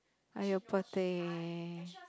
!aiyo! poor thing